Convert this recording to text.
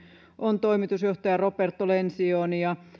on toimitusjohtaja roberto lencioni ja